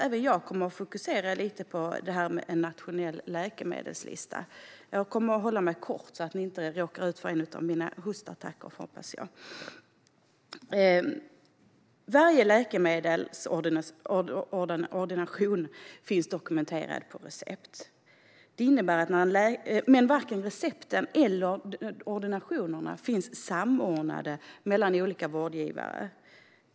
Även jag kommer att fokusera på frågan om en nationell läkemedelslista. Jag kommer att hålla mig kort så att ni inte råkar ut för en av mina hostattacker. Varje läkemedelsordination finns dokumenterad på recept. Men varken recepten eller ordinationerna finns samordnade mellan olika vårdgivare.